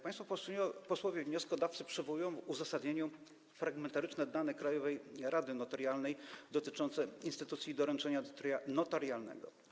Państwo posłowie wnioskodawcy przywołują w uzasadnieniu fragmentaryczne dane Krajowej Rady Notarialnej dotyczące instytucji doręczenia notarialnego.